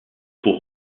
pour